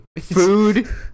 food